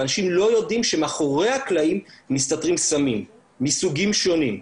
ואנשים לא יודעים שמאחורי הקלעים מסתתרים סמים מסוגים שונים,